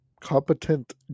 competent